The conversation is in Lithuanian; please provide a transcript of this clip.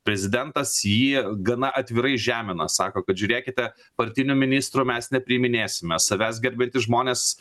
prezidentas jį gana atvirai žemina sako kad žiūrėkite partinio ministro mes nepriiminėsime savęs gerbiantys žmonės